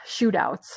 shootouts